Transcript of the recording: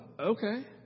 okay